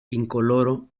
incoloro